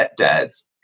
stepdads